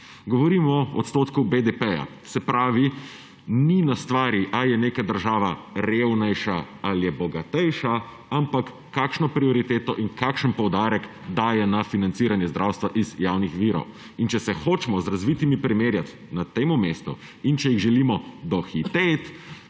Govorimo o odstotku BDP, se pravi, da ni na stvari, ali je neka država revnejša ali je bogatejša, ampak kakšno prioriteto in kakšen poudarek daje na financiranje zdravstva iz javnih virov. Če se hočemo z razvitimi primerjati na tem mestu in če jih želimo dohiteti,